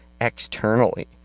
externally